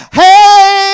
hey